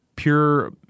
pure